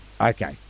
okay